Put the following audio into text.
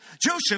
Joseph